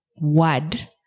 word